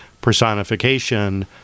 personification